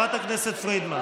חברת הכנסת פרידמן.